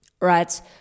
right